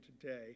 today